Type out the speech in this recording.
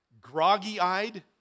groggy-eyed